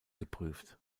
geprüft